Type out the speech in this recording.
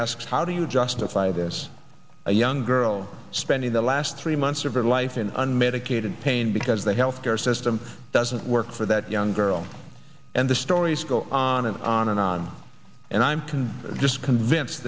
asks how do you justify this a young girl spending the last three months of her life in unmedicated pain because the health care system doesn't work for that young girl and the stories go on and on and on and i'm can just convince